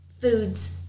foods